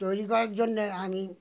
তৈরি করার জন্যে আমি